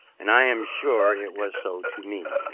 and i am sure it was so to me,